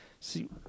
See